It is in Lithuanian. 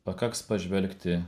pakaks pažvelgti